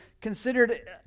considered